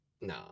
no